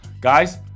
Guys